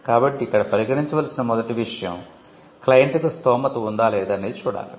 కాబట్టి ఇక్కడ పరిగణించవలసిన మొదటి విషయం క్లయింట్ కు స్థోమత ఉందా లేదా అనేది చూడాలి